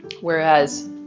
Whereas